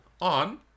on